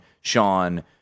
Sean